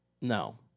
No